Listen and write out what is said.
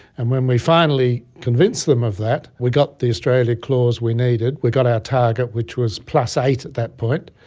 and when we finally convinced them of that, we got the australia clause we needed, we got our target, which was plus eight at that point,